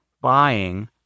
buying